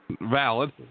Valid